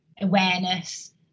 awareness